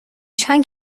چند